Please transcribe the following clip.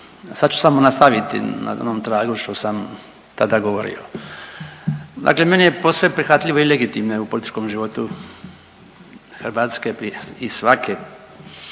sad ću samo nastaviti na onom tragu što sam tada govorio. Dakle, meni je posve prihvatljivo i legitimno je u političkom životu Hrvatske i svake